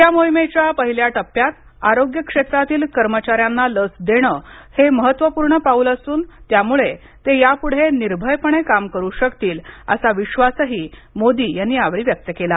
या मोहिमेच्या पहिल्या टप्प्यात आरोग्य क्षेत्रातील कर्मचाऱ्यांना लस देणं हे महत्त्वपूर्ण पाऊल असून त्यामुळे ते यापुढे निर्भयपणे काम करू शकतील असा विश्वासही मोदी यांनी यावेळी व्यक्त केला